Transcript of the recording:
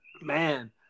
Man